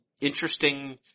interesting